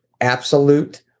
absolute